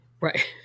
Right